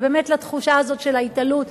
ובאמת התחושה הזאת של ההתעלות,